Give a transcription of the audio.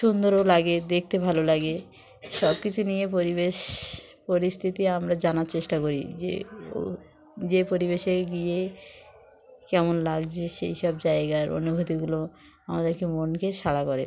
সুন্দরও লাগে দেখতে ভালো লাগে সব কিছু নিয়ে পরিবেশ পরিস্থিতি আমরা জানার চেষ্টা করি যে যে পরিবেশে গিয়ে কেমন লাগছে সেই সব জায়গার অনুভূতিগুলো আমাদেরকে মনকে করে